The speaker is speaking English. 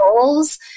goals